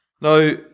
Now